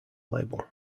label